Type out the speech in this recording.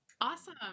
Awesome